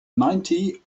ninety